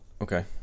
Okay